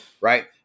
right